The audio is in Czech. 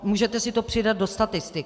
Můžete si to přidat do statistik.